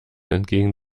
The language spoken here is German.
entgegen